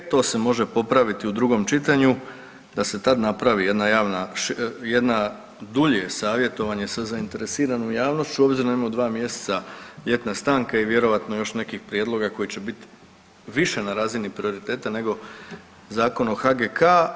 To se može popraviti u drugom čitanju da se tad napravi jedna javna, jedno dulje savjetovanje sa zainteresiranom javnošću obzirom da imamo dva mjeseca ljetne stanke i vjerojatno još nekih prijedloga koji će biti više na razini prioriteta nego Zakon o HGK.